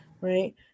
right